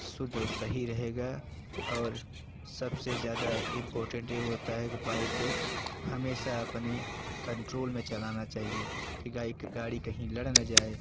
शुद्ध और सही रहेगा और सबसे ज़्यादा इंपोर्टेंट यह होता है कि बाइक हमेशा अपने कंट्रोल में चलाना चाहिए कि बाइक गाड़ी कहीं लड़ ना जाए